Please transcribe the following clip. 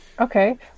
Okay